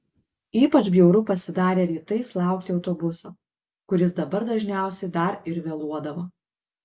ypač bjauru pasidarė rytais laukti autobuso kuris dabar dažniausiai dar ir vėluodavo